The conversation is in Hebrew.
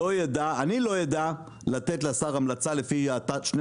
אני לא אדע לתת לשר המלצה לפי התת או שני